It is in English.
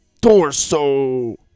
Torso